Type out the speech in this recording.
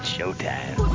Showtime